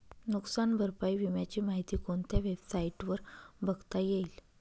नुकसान भरपाई विम्याची माहिती कोणत्या वेबसाईटवर बघता येईल?